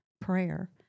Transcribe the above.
prayer